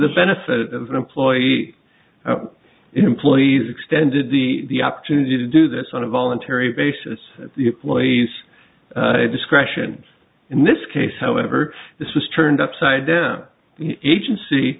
the benefit of an employee employees extended the opportunity to do this on a voluntary basis please discretion in this case however this was turned upside down agency